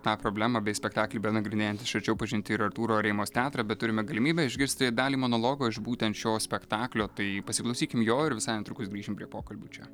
tą problemą bei spektaklį benagrinėjant iš arčiau pažinti ir artūro areimos teatrą bet turime galimybę išgirsti dalį monologo iš būtent šio spektaklio tai pasiklausykim jo ir visai netrukus grįšim prie pokalbių čia